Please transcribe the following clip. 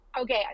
okay